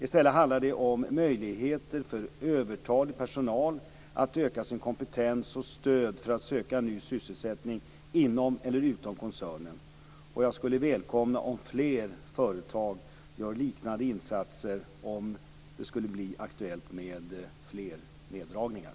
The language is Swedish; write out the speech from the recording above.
I stället handlar det om möjligheter för övertalig personal att öka sin kompetens och stöd för att söka ny sysselsättning inom eller utom koncernen. Jag skulle välkomna om fler företag gör liknande insatser om det skulle bli aktuellt med neddragningar.